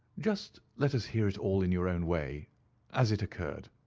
just let us hear it all in your own way as it occurred.